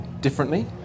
differently